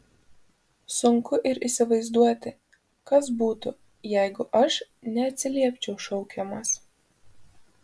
sunku ir įsivaizduoti kas būtų jeigu aš neatsiliepčiau šaukiamas